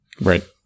Right